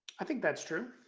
i think that's true